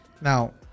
now